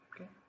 Okay